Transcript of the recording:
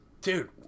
dude